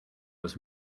was